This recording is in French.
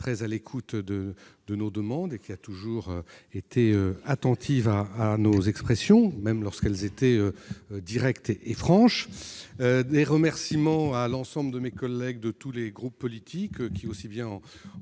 très à l'écoute de nos demandes et qui s'est toujours montrée attentive à nos expressions, même lorsqu'elles étaient directes et franches. J'adresse aussi mes remerciements à l'ensemble de mes collègues de tous les groupes politiques : aussi bien en